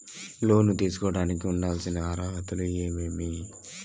లోను తీసుకోడానికి ఉండాల్సిన అర్హతలు ఏమేమి?